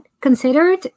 considered